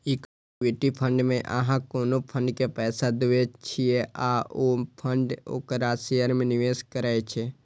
equity fund मे अहां कोनो फंड के पैसा दै छियै आ ओ फंड ओकरा शेयर मे निवेश करै छै